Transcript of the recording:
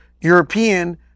european